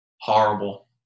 horrible